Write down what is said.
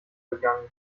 begangen